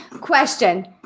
Question